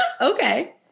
Okay